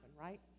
right